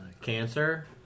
cancer